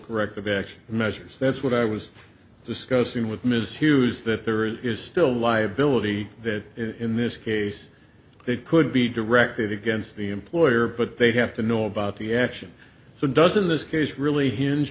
corrective action measures that's what i was discussing with ms hughes that there is still liability that in this case it could be directed against the employer but they have to know about the action so doesn't this case really h